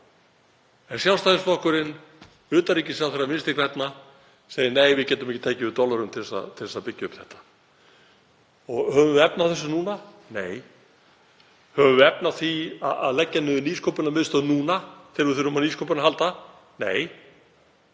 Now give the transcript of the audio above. En Sjálfstæðisflokkurinn, utanríkisráðherra Vinstri grænna, segir: Nei, við getum ekki tekið við dollurum til þess að byggja þetta upp. Höfum við efni á þessu núna? Nei. Höfum við efni á því að leggja niður Nýsköpunarmiðstöð núna þegar við þurfum á nýsköpun að halda? Nei.